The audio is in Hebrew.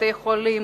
בתי-חולים,